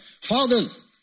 Fathers